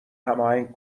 هماهنگ